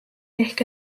ehk